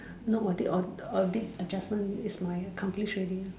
no audit or audit adjustment is my accomplish already